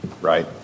right